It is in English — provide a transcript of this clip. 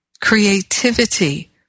creativity